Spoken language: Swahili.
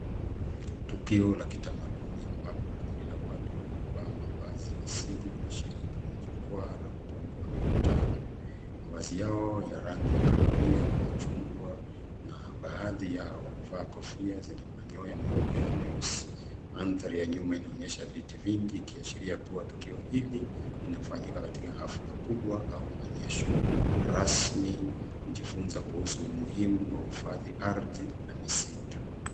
Tukio la kitamaduni ambapo kundi la watu waliovaa mavazi asili wanashiriki kwenye jukwaa la ukumbi wa mikutano. Mavazi yao ya rangi ya kahawia na machungwa, na baadhi yao wamevaa kofia zenye manyoya meupe na meusi. Mandhari ya nyuma inaonyesha viti vingi, ikiashiria kuwa tukio hili linafanyika katika hafla kubwa au maonyesho rasmi kujifunza kuhusu umuhimu wa uhifadhi ardhi na misitu.